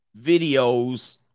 videos